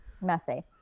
Messy